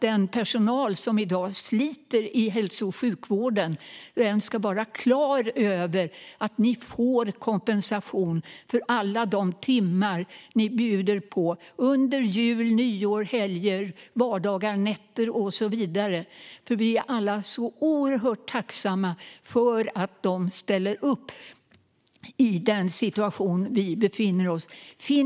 Den personal som i dag sliter i hälso och sjukvården ska också vara klara över att de får kompensation för alla de timmar de bjuder på under jul, nyår, helger, vardagar, nätter och så vidare, för vi är alla oerhört tacksamma för att de ställer upp i den situation som vi befinner oss i.